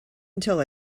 until